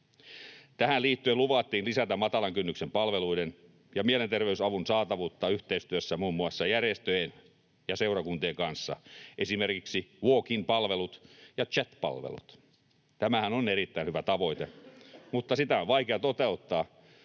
Tähän liittyen luvattiin lisätä matalan kynnyksen palveluiden ja mielenterveysavun saatavuutta yhteistyössä muun muassa järjestöjen ja seurakuntien kanssa, esimerkiksi walk-in-palvelut ja chat-palvelut. Tämähän on erittäin hyvä tavoite, mutta sitä on vaikea toteuttaa,